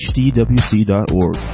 hdwc.org